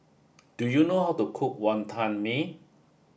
do you know how to cook Wonton Mee